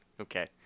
Okay